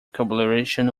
collaboration